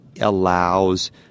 allows